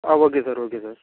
ah okay sir okay sir